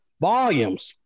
volumes